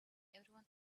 everyone